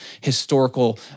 historical